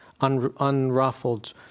unruffled